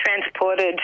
transported